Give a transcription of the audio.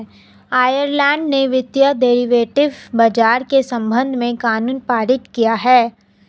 Ireland ने वित्तीय derivative बाजार के संबंध में कानून पारित किया है